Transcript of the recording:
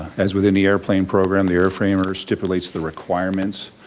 as within the airplane program, the airframer stipulates the requirements,